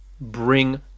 bring